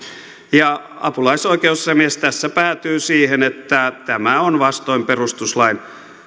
ja apulaisoikeusasiamies tässä päätyi siihen että tämä on vastoin perustuslain